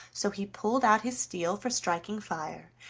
so he pulled out his steel for striking fire,